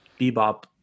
bebop